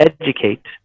educate